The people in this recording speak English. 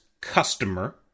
customer